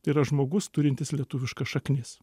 tai yra žmogus turintis lietuviškas šaknis